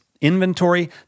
inventory